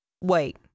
Wait